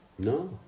No